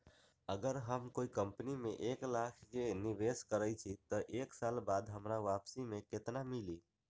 अगर हम कोई कंपनी में एक लाख के निवेस करईछी त एक साल बाद हमरा वापसी में केतना मिली?